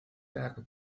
berge